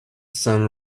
sun